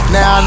Now